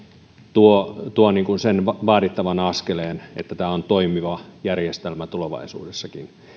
tuo tuo sen vaadittavan askeleen että tämä on toimiva järjestelmä tulevaisuudessakin